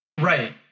right